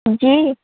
जी